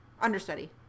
understudy